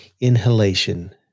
inhalation